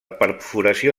perforació